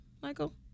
Michael